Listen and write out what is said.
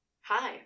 Hi